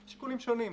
יש שיקולים שונים.